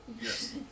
Yes